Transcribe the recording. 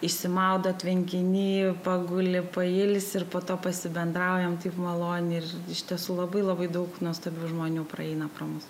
išsimaudo tvenkiny paguldi pailsi ir po to pasibendraujam taip maloniai ir iš tiesų labai labai daug nuostabių žmonių praeina pro mus